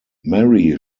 mary